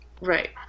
Right